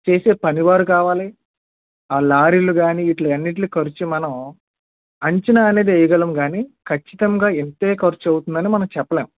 చేసే పనివారు కావాలి ఆ లారీలు గాని వీట్లన్నిటికి ఖర్చు మనం అంచనా అనేది వెయ్యగలం గాని ఖచ్చితంగా ఇంతే ఖర్చు అవుతుందని మనం చెప్పలేం